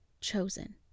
chosen